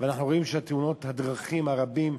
ואנחנו רואים את תאונות הדרכים הרבות,